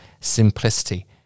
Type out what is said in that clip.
simplicity